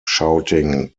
shouting